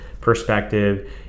perspective